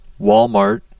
Walmart